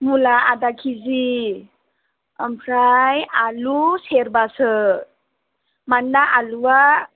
मुला आदा केजि ओमफ्राय आलु सेरबासो मानोना आलुवा